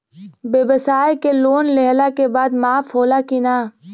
ब्यवसाय के लोन लेहला के बाद माफ़ होला की ना?